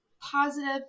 positive